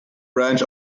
branch